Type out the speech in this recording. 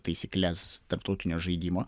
taisykles tarptautinio žaidimo